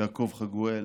יעקב חגואל,